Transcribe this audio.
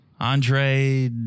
Andre